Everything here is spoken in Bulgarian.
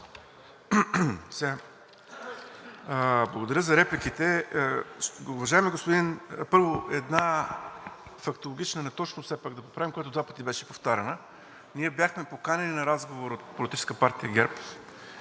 Благодаря за репликите. Първо, една фактологична неточност все пак да поправим, която два пъти беше повтаряна. Ние бяхме поканени на разговор от Политическа партия ГЕРБ